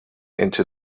into